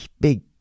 big